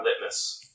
Litmus